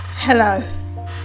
hello